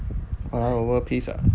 world peace ah